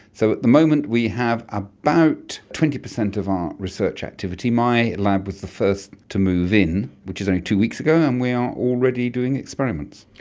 so at the moment we have about twenty percent of our research activity. my lab was the first to move in which was only two weeks ago, and we are already doing experiments.